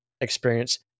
experience